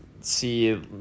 see